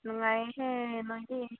ꯅꯨꯡꯉꯥꯏꯍꯦ ꯅꯪꯗꯤ